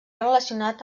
relacionat